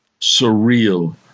Surreal